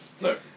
No